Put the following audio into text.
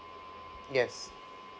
yes